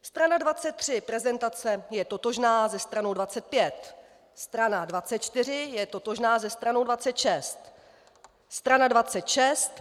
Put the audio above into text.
Strana 23 prezentace je totožná se stranou 25. Strana 24 je totožná se stranou 26. Strana 26.